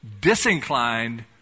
disinclined